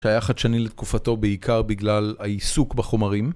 שהיה חדשני לתקופתו בעיקר בגלל העיסוק בחומרים